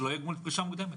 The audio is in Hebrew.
שלא יהיה גמול פרישה מוקדמת.